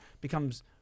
becomes